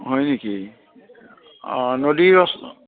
হয় নেকি অঁ নদীৰ অচ অ